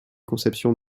conception